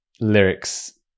lyrics